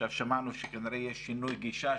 עכשיו שמענו שכנראה יש שינוי גישה,